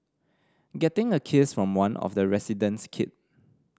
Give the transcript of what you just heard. getting a kiss from one of the resident's kid